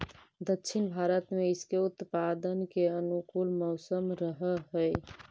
दक्षिण भारत में इसके उत्पादन के अनुकूल मौसम रहअ हई